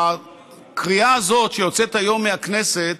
ושהקריאה הזאת שיוצאת היום מהכנסת